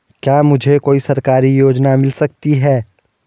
क्या मुझे कोई सरकारी योजना मिल सकती है?